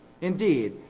Indeed